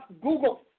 Google